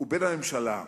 לבין הממשלה,